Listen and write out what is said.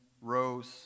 rose